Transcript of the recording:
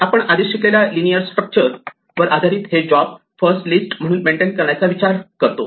आपण आधीच शिकलेल्या लिनियर स्ट्रक्चर वर आधारित हे जॉब फक्त लिस्ट म्हणून मेंटेन करण्याचा विचार करू शकतो